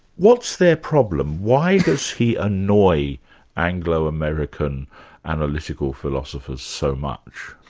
what's their problem? why does he annoy anglo-american analytical philosophers so much?